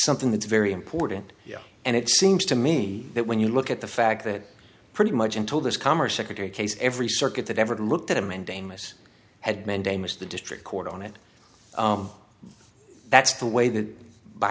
something that's very important and it seems to me that when you look at the fact that pretty much until this commerce secretary case every circuit that ever looked at him and amos had mandamus the district court on it that's the way that by